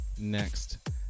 next